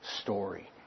story